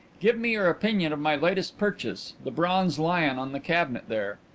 give me your opinion of my latest purchase the bronze lion on the cabinet there.